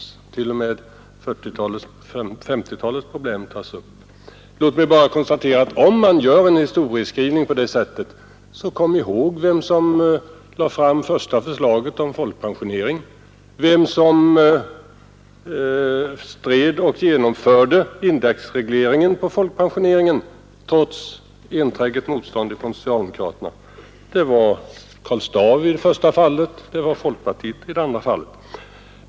Också 1940 och 1950-talens problem togs upp. Låt mig bara konstatera att om man gör en historieskrivning på det sättet, bör man också komma ihåg vem som lade fram det första förslaget om folkpensionering, vem som stred för och genomförde indexregleringen inom folkpensioneringen, trots envetet motstånd från socialdemokraterna. Det var Karl Staaff i det första fallet, och det var folkpartiet i det andra fallet.